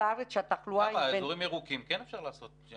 למה, אזורים ירוקים כן אפשר לעשות.